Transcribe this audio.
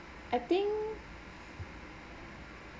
I think